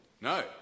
no